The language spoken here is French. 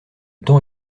temps